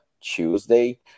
Tuesday